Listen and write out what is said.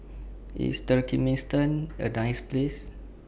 IS Turkmenistan A nice Place